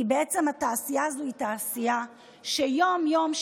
כי התעשייה הזאת היא תעשייה שיום-יום,